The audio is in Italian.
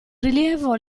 rilievo